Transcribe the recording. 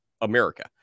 America